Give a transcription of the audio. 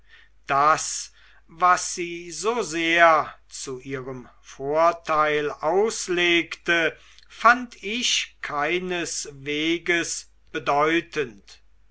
das was sie so sehr zu ihrem vorteil auslegte fand ich keinesweges bedeutend